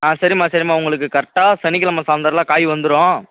ஆ சரிம்மா சரிம்மா உங்களுக்கு கரெக்டாக சனிக்கிலம சாயந்தர்லாம் காய் வந்துடும்